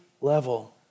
level